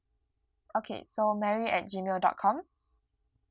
okay so mary at G mail dot com